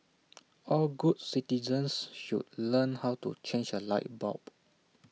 all good citizens should learn how to change A light bulb